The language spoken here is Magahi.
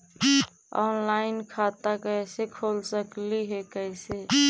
ऑनलाइन खाता कैसे खोल सकली हे कैसे?